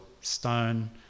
stone